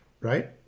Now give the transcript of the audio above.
right